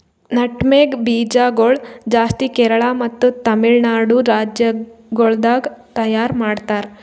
nutmeg ಬೀಜ ಗೊಳ್ ಜಾಸ್ತಿ ಕೇರಳ ಮತ್ತ ತಮಿಳುನಾಡು ರಾಜ್ಯ ಗೊಳ್ದಾಗ್ ತೈಯಾರ್ ಮಾಡ್ತಾರ್